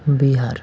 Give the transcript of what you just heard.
Bihar